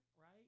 right